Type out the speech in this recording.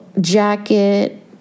jacket